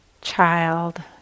child